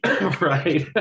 right